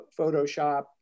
photoshop